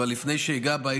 אבל לפני שאגע בהם,